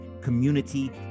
community